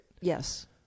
Yes